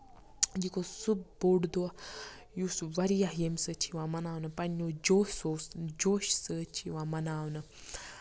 یہِ گوٚو سُہ بوٚڑ دۄہ یُس واریاہ ییٚمہِ سۭتۍ چھُ یِوان مَناونہٕ پَنٕنیو جوشو جوشہٕ سۭتۍ چھِ یِوان مَناونہٕ